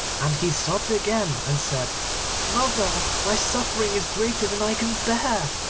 and he sobbed again and said mother, my suffering is greater than i can bear.